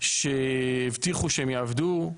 שהם הבטיחו שהם יעבדו.